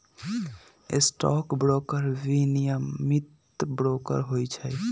stock broker विनियमित broker होइ छइ